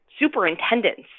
Superintendents